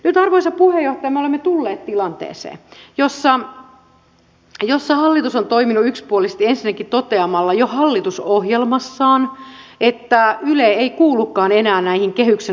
nyt arvoisa puheenjohtaja me olemme tulleet tilanteeseen jossa hallitus on toiminut yksipuolisesti ensinnäkin toteamalla jo hallitusohjelmassaan että yle ei kuulukaan enää näihin kehyksen ulkopuolisiin eriin